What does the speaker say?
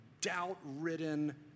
doubt-ridden